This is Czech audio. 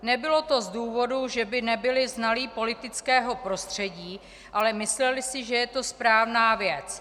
Nebylo to z důvodu, že by nebyli znalí politického prostředí, ale mysleli si, že je to správná věc.